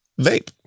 vape